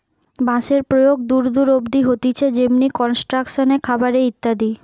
বাঁশের প্রয়োগ দূর দূর অব্দি হতিছে যেমনি কনস্ট্রাকশন এ, খাবার এ ইত্যাদি